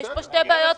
יש פה שתי בעיות,